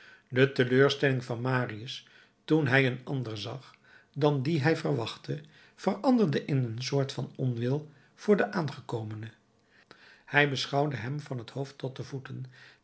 de teleurstelling van marius toen hij een ander zag dan dien hij verwachtte veranderde in een soort van onwil voor den aangekomene hij beschouwde hem van het hoofd tot de voeten